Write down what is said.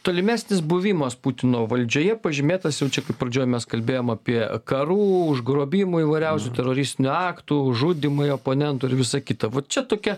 tolimesnis buvimas putino valdžioje pažymėtas jau čia kaip pradžioj mes kalbėjom apie karų užgrobimų įvairiausių teroristinių aktų žudymai oponentų ir visa kita va čia tokia